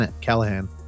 Callahan